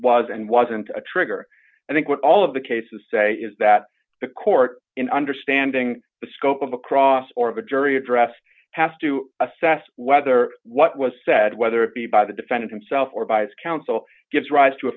and wasn't a trigger i think what all of the cases say is that the court in understanding the scope of the cross or of the jury addressed has to assess whether what was said whether it be by the defendant himself or by his counsel gives rise to a